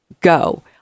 go